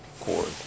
cord